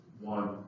one